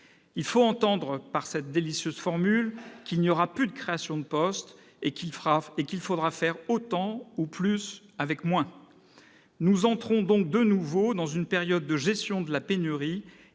Il faut entendre par cette délicieuse formule qu'il n'y aura plus de créations de postes et qu'il faudra faire autant, ou plus, avec moins. Nous entrons donc de nouveau dans une période de gestion de la pénurie,